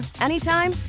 anytime